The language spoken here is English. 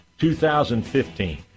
2015